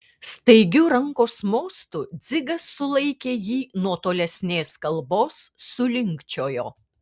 staigiu rankos mostu dzigas sulaikė jį nuo tolesnės kalbos sulinkčiojo